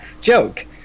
joke